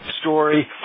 story